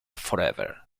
forever